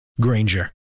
Granger